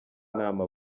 inama